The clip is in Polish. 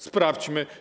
Sprawdźmy.